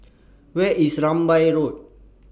Where IS Rambai Road